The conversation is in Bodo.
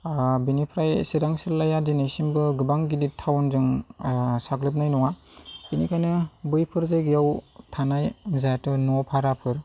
बिनिफ्राय चिरां जिल्लाया दिनैसिमबो गोबां गिदिर टाउनजों साग्लोबनाय नङा बिनिखायनो बैफोर जायगायाव थानाय जायथु न' भाराफोर